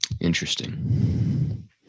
Interesting